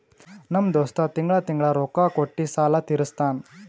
ನಮ್ ದೋಸ್ತ ತಿಂಗಳಾ ತಿಂಗಳಾ ರೊಕ್ಕಾ ಕೊಟ್ಟಿ ಸಾಲ ತೀರಸ್ತಾನ್